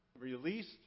released